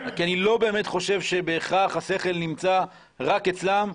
כי אני לא באמת חושב שבהכרח השכל נמצא רק אצלם.